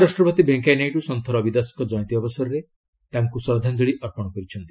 ଉପରାଷ୍ଟ୍ରପତି ଭେଙ୍କିୟାନାଇଡୁ ସନ୍ଥ ରବିଦାସଙ୍କ ଜୟନ୍ତୀ ଅବସରରେ ତାଙ୍କୁ ଶ୍ରଦ୍ଧାଞ୍ଜଳି ଅର୍ପଣ କରିଛି